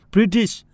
British